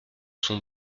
son